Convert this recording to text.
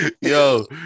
Yo